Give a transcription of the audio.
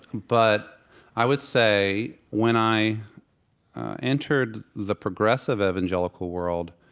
but i would say when i entered the progressive evangelical world,